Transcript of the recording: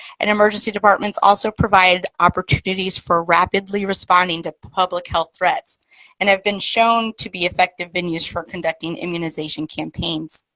and emergency departments also provide opportunities for rapidly responding to public health threats and have been shown to be effective venues for conducting immunization campaigns.